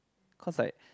cause I